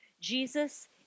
Jesus